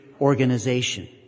organization